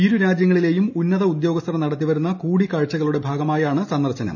ഇരുരാജ്യങ്ങളിലെയും ഉന്നത ഉദ്യോഗസ്ഥർ നടത്തിവരുന്ന കൂടികാഴ്ചകളുടെ ഭാഗമായാണ് സന്ദർശനം